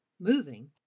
moving